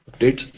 updates